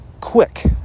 quick